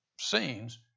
scenes